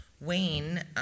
Wayne